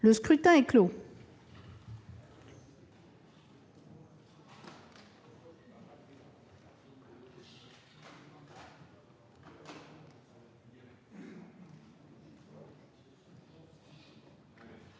Le scrutin est clos.